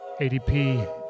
ADP